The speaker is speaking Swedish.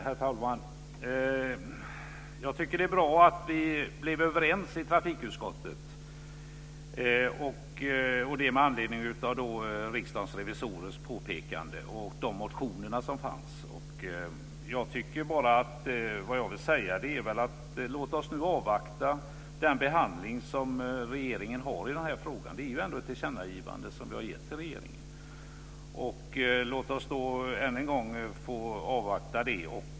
Herr talman! Jag tycker att det är bra att vi blev överens i trafikutskottet med anledning av Riksdagens revisorers påpekande och de motioner som fanns. Vad jag vill säga är att vi ska avvakta regeringens behandling av frågan. Vi har ändå gjort ett tillkännagivande till regeringen. Låt oss då avvakta det.